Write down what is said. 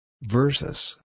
versus